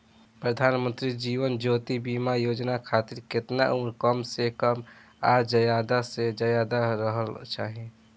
प्रधानमंत्री जीवन ज्योती बीमा योजना खातिर केतना उम्र कम से कम आ ज्यादा से ज्यादा रहल चाहि?